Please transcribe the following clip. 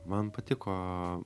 man patiko